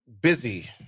busy